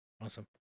Awesome